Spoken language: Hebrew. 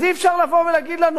אז אי-אפשר לבוא ולהגיד לנו,